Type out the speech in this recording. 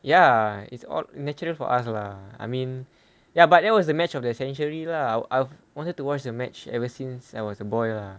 ya it's all natural for us lah I mean ya but that was the match of their century lah I wanted to watch the match ever since I was a boy lah